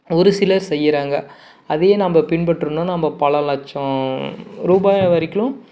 ஒரு சிலர் செய்கிறாங்க அதையே நம்ம பின்பற்றுன்னால் நம்ம பல லட்சம் ரூபாய் வரைக்கும்